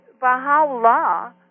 Baha'u'llah